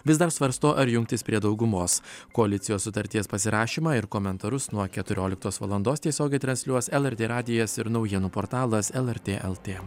vis dar svarsto ar jungtis prie daugumos koalicijos sutarties pasirašymą ir komentarus nuo keturioliktos valandos tiesiogiai transliuos lrt radijas ir naujienų portalas lrt lt